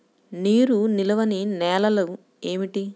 నీరు నిలువని నేలలు ఏమిటి?